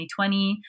2020